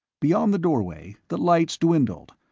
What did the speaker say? beyond the doorway the lights dwindled,